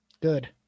Good